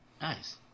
Nice